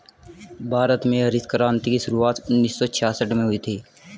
भारत में हरित क्रान्ति की शुरुआत उन्नीस सौ छियासठ में हुई थी